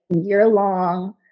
year-long